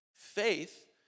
Faith